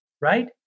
right